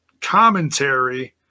commentary